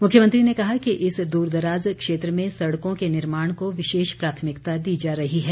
मुख्यमंत्री ने कहा कि इस द्रदराज क्षेत्र में सड़कों के निर्माण को विशेष प्राथमिकता दी जा रही है